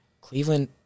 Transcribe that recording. Cleveland